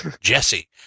Jesse